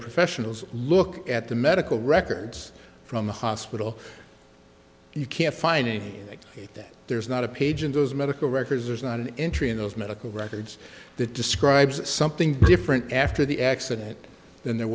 professionals look at the medical records from the hospital you can't find anything like that there's not a page in those medical records there's not an entry in those medical records that describes something different after the accident than there